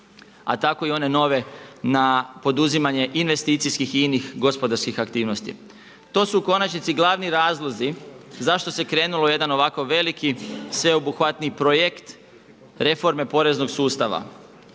a tako i one nove na poduzimanje investicijskih i inih gospodarskih aktivnosti. To su u konačnici glavni razlozi zašto se krenulo u jedan ovako veliki sveobuhvatni projekt reforme poreznog sustava.